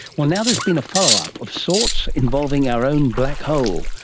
well, now there's been a follow-up of sorts involving our own black hole.